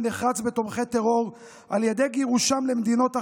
נחרץ לתומכי טרור על ידי גירושם למדינות אחרות.